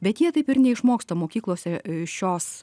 bet jie taip ir neišmoksta mokyklose šios